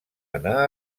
anar